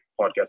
podcast